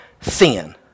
sin